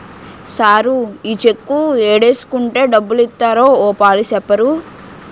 sir ఈ cheque ఏడేసుకుంటే డబ్బులిత్తారో ఓ పాలి సెప్పరూ